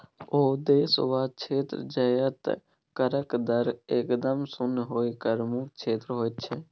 ओ देश वा क्षेत्र जतय करक दर एकदम शुन्य होए कर मुक्त क्षेत्र होइत छै